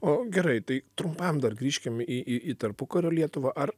o gerai tai trumpam dar grįžkim į į į tarpukario lietuvą ar